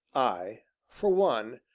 i, for one,